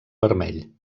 vermell